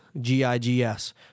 G-I-G-S